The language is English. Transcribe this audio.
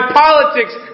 politics